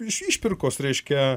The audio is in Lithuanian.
iš išpirkos reiškia